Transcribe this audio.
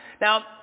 Now